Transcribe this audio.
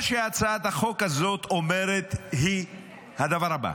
מה שהצעת החוק הזו אומרת זה את הדבר הבא: